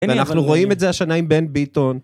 ואנחנו רואים את זה השנה עם בן בעיתון.